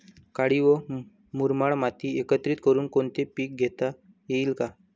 काळी व मुरमाड माती एकत्रित करुन कोणते पीक घेता येईल का?